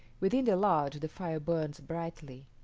within the lodge the fire burned brightly,